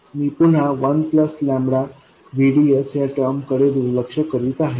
मी पुन्हा 1VDSया टर्मकडे दुर्लक्ष करीत आहे